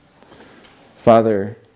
Father